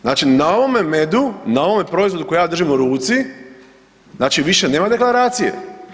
Znači na ovome medu, na ovome proizvodu koji ja držim u ruci, znači više nema deklaracije.